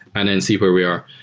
and then see where we are.